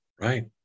Right